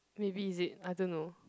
maybe is it I don't know